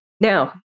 Now